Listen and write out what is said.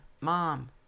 Mom